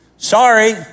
Sorry